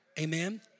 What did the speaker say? Amen